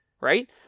right